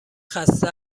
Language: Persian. خسته